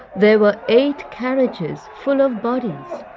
there were eight carriages full of bodies,